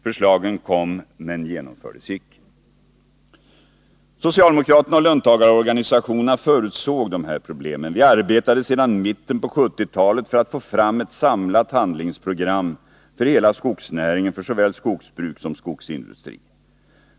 Förslagen kom men genomfördes icke. Socialdemokraterna och löntagarorganisationerna förutsåg de här problemen. Vi arbetade sedan mitten på 1970-talet för att få fram ett samlat handlingsprogram för hela skogsnäringen, för såväl skogsbruk som skogsindustri.